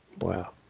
Wow